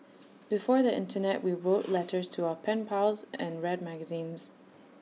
before the Internet we wrote letters to our pen pals and read magazines